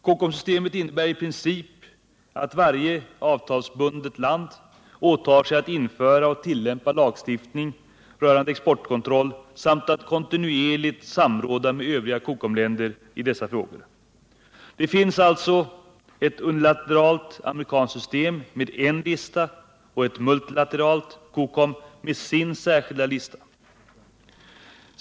COCOM-systemet innebär i princip att varje avtalsbundet land åtar sig att införa och tillämpa lagstiftning rörande exportkontroll samt att kontinuerligt samråda med övriga COCOM-länder i dessa frågor. Det finns alltså ett unilateralt amerikanskt system med en lista och ett multilateralt — COCOM = med sin särskilda lista.